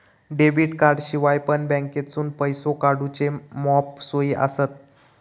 debit कार्डाशिवाय पण बँकेतसून पैसो काढूचे मॉप सोयी आसत